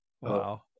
Wow